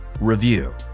review